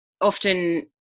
often